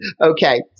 Okay